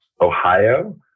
Ohio